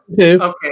Okay